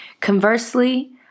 Conversely